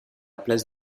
place